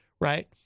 right